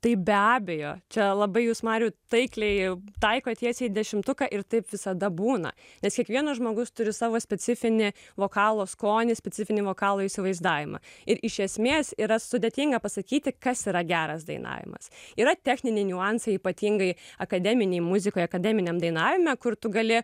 tai be abejo čia labai jūs mariau taikliai taikot tiesiai į dešimtuką ir taip visada būna nes kiekvienas žmogus turi savo specifinį vokalo skonį specifinį vokalo įsivaizdavimą ir iš esmės yra sudėtinga pasakyti kas yra geras dainavimas yra techniniai niuansai ypatingai akademinėj muzikoj akademiniam dainavime kur tu gali